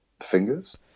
fingers